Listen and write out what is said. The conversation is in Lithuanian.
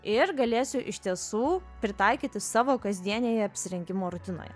ir galėsiu iš tiesų pritaikyti savo kasdienėje apsirengimo rutinoje